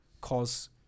cause